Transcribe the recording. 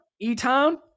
E-Town